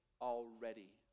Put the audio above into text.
already